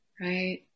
right